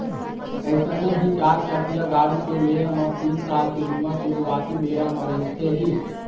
अइसने ही चारचकिया गाड़ी के लेय म तीन साल के बीमा सुरुवाती बेरा म रहिथे ही